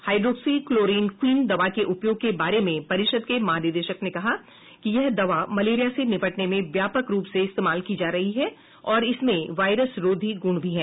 hydroxychloroquine दवा के उपयोग के बारे में परिषद के महानिदेशक ने कहा कि यह दवा मलेरिया से निपटने में व्यापक रूप से इस्तेमाल की जा रही है और इसमें वायरसरोधी गुण भी हैं